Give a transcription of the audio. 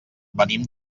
venim